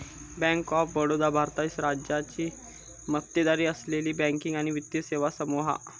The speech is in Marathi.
बँक ऑफ बडोदा भारताची राज्याची मक्तेदारी असलेली बँकिंग आणि वित्तीय सेवा समूह हा